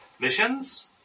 Missions